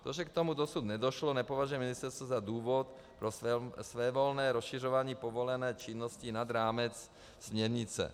To, že k tomu dosud nedošlo, nepovažuje ministerstvo za důvod pro svévolné rozšiřování povolené činnosti nad rámec směrnice.